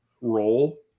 role